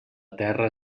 terra